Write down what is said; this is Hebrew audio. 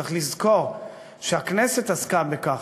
צריך לזכור שהכנסת עסקה בכך.